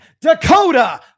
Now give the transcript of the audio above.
Dakota